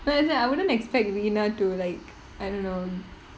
but ya I wouldn't expect rena to like I don't know